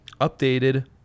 updated